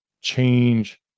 change